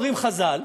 אומרים חז"ל,